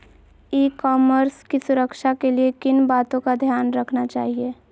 ई commerce की सुरक्षा के लिए किन बातों का ध्यान रखना चाहिए?